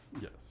Yes